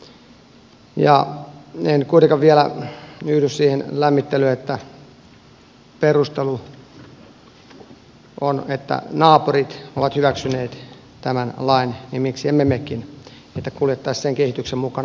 en kuitenkaan vielä yhdy siihen lämmittelyyn jonka perustelu on että koska naapurit ovat hyväksyneet tämän lain niin miksi emme mekin että kuljettaisiin sen kehityksen mukana